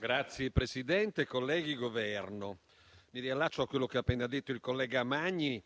rappresentante del Governo, mi riallaccio a quello che ha appena detto il senatore Magni